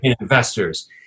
investors